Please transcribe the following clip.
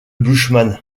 bushman